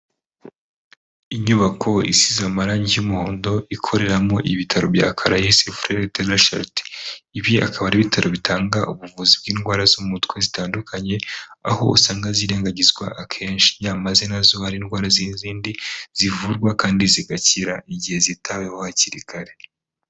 Inyubako isize amarangi y'umuhondo ikoreramo ibitaro bya caraes Freres de la charite, ibi akaba ari ibitaro bitanga ubuvuzi bw'indwara zo mu mutwe zitandukanye, aho usanga zirengagizwa akenshi nyamaze nazo ari indwara nk’izindi zivurwa kandi zigakira igihe zitaweho hakiri kare.